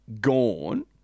gone